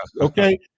Okay